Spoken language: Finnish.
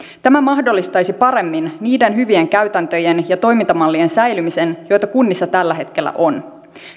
tämä mahdollistaisi paremmin niiden hyvien käytäntöjen ja toimintamallien säilymisen joita kunnissa tällä hetkellä on